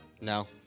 No